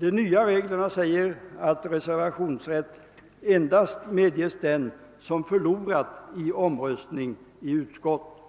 De nya reglerna säger att reservationsrätt endast medges den som har förlorat i omröstning i utskottet.